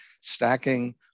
stacking